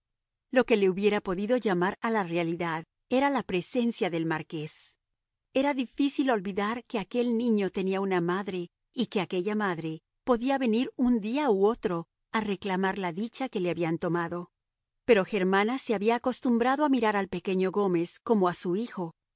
lo que le hubiera podido llamar a la realidad era la presencia del marqués era difícil olvidar que aquel niño tenía una madre y que aquella madre podía venir un día u otro a reclamar la dicha que le habían tomado pero germana se había acostumbrado a mirar al pequeño gómez como a su hijo